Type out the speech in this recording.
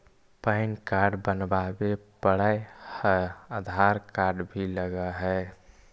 Pan card बनावे पडय है आधार कार्ड भी लगहै?